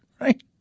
right